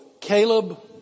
Caleb